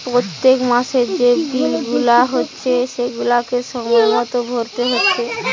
পোত্তেক মাসের যে বিল গুলা হচ্ছে সেগুলাকে সময় মতো ভোরতে হচ্ছে